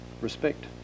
respect